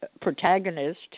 protagonist